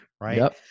right